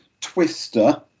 Twister